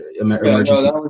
emergency